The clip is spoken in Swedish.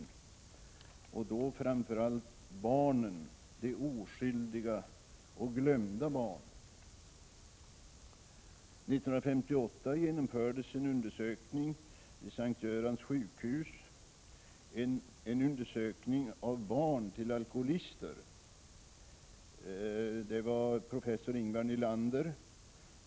Då vill jag framför allt påminna om barnen, de oskyldiga och glömda barnen. År 1958 genomfördes en undersökning vid S:t Görans sjukhus, en undersökning av barn till alkoholister. Det var professor Ingvar Nylander som utförde undersökningen.